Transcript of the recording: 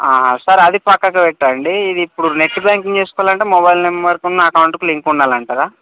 sir అది ప్రక్కకి పెట్టండి ఇది ఇప్పుడు నెట్ బ్యాంకింగ్ చేసుకోవాలి అంటే మొబైల్ నెంబర్కి ఉన్న అకౌంట్కు లింక్ ఉండాలి అంటారా